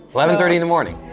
eleven thirty in the morning?